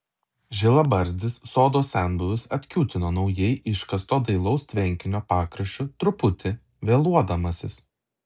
žilabarzdis sodo senbuvis atkiūtino naujai iškasto dailaus tvenkinio pakraščiu truputį vėluodamasis